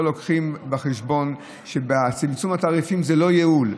לא מביאים בחשבון שצמצום התעריפים זה לא ייעול,